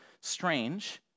strange